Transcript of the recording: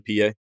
PA